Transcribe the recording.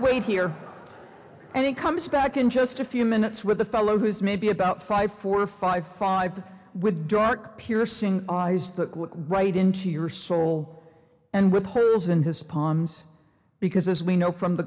wait here and he comes back in just a few minutes with a fellow who is maybe about five four five five with dark piercing eyes the right into your soul and with holes in his palms because as we know from the